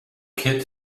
kid